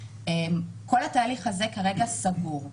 כל התהליך הזה סגור כרגע.